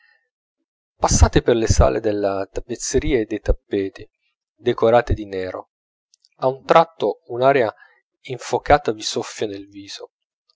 passate per le sale delle tappezzerie e dei tappeti decorate di nero a un tratto un'aria infocata vi soffia nel viso